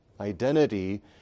identity